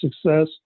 success